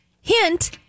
Hint